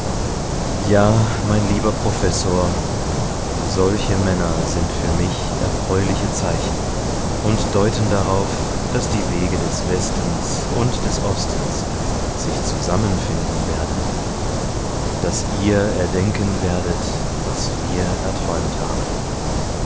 ja mein lieber professor solche männer sind für mich erfreuliche zeichen und deuten darauf daß die wege des westens und des ostens sich zusammenfinden werden daß ihr erdenken werdet was wir erträumt haben